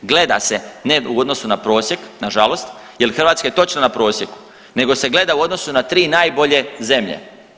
Gleda se ne u odnosu na prosjek nažalost jel Hrvatska je točno na prosjeku nego se gleda u odnosu na 3 najbolje zemlje.